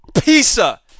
pizza